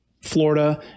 Florida